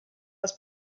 was